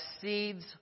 seeds